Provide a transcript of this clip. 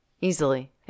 easily